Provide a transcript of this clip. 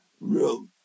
real